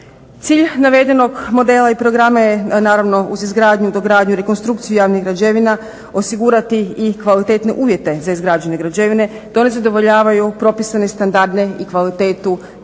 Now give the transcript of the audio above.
Cilj navedenog modela i programa je naravno uz izgradnju, dogradnju i rekonstrukciju javnih građevina osigurati i kvalitetne uvjete za izgrađene građevine da one zadovoljavaju propisane standarde i kvalitetu tijekom